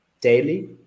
daily